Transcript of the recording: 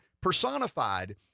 personified